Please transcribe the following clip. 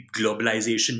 globalization